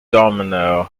domino